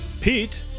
Pete